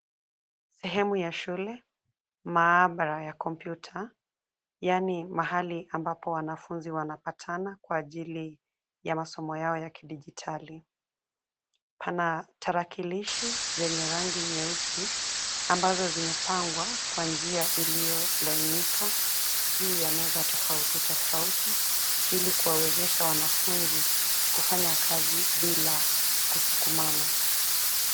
Sehemu ya shule. Maabara ya kompyuta. Yaani mahali ambapo wanafunzi wanapatana kwa ajili, ya masomo yao ya kidijitali. Pana tarakilishi, zenye rangi nyeusi, ambazo zimepangwa kwa njia iliyo lainika, juu ya meza tofauti tofauti ili kuwawezesha wanafunzi kufanya kazi bila kusukumana.